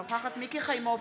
אינה נוכחת מיקי חיימוביץ'